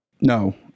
No